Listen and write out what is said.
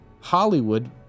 hollywood